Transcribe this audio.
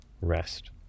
rest